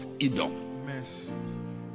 Edom